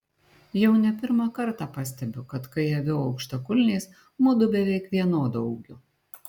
jau ne pirmą kartą pastebiu kad kai aviu aukštakulniais mudu beveik vienodo ūgio